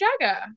Jagger